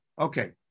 Okay